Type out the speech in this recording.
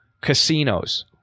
casinos